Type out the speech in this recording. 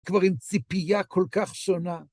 כבר עם ציפייה כל כך שונה.